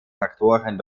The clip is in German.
faktoren